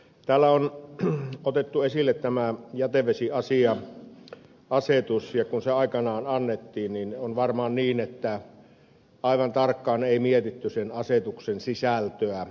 täällä on otettu esille tämä jätevesiasia asetus ja on varmaan niin että kun se aikanaan annettiin aivan tarkkaan ei mietitty sen asetuksen sisältöä